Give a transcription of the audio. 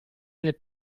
nel